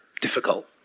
difficult